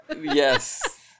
Yes